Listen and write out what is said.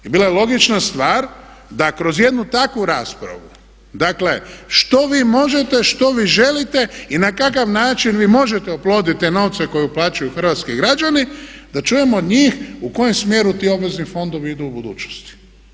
I bila je logična stvar da kroz jednu takvu raspravu, dakle što vi možete, što vi želite i na kakav način vi možete oplodit te novce koje uplaćuju hrvatski građani da čujemo od njih u kojem smjeru ti obvezni fondovi idu u budućnosti.